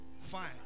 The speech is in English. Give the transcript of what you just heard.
Fine